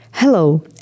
Hello